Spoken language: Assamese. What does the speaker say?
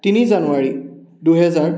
তিনি জানুৱাৰী দুহেজাৰ